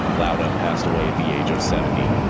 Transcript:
lauda passed away at the age of seventy.